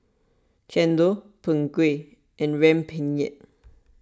Chendol Png Kueh and Rempeyek